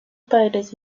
padres